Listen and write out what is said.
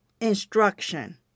instruction